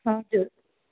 हजुर